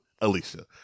Alicia